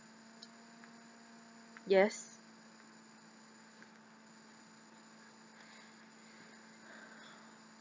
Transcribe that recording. yes